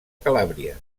calàbria